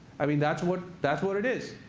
i mean, that's what that's what it is.